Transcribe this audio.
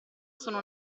sono